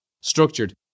structured